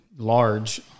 Large